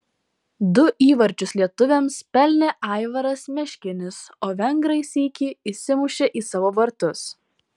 du įvarčius lietuviams pelnė aivaras meškinis o vengrai sykį įsimušė į savo vartus